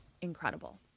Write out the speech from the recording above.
incredible